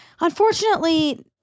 Unfortunately